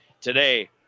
today